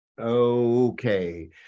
Okay